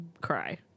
cry